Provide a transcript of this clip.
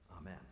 Amen